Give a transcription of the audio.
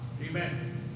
Amen